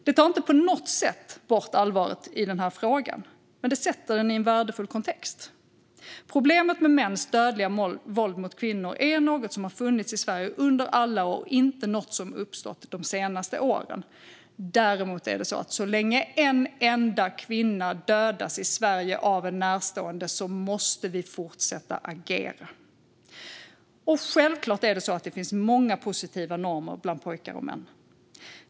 Det tar inte på något sätt bort allvaret i den här frågan, men det sätter den i en värdefull kontext. Problemet med mäns dödliga våld mot kvinnor är något som har funnits i Sverige under alla år och är inte något som uppstått de senaste åren. Däremot är det så att så länge en enda kvinna dödas i Sverige av en närstående måste vi fortsätta att agera. Självklart finns det många positiva normer bland pojkar och män.